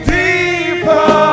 deeper